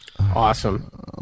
Awesome